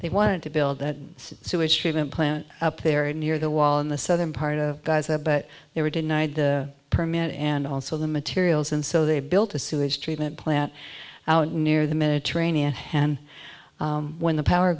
they want to build that sewage treatment plant up there near the wall in the southern part of guys there but they were denied the permit and also the materials and so they built a sewage treatment plant near the mediterranean and when the power